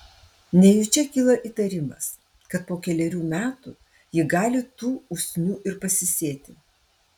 nejučia kyla įtarimas kad po kelerių metų ji gali tų usnių ir pasisėti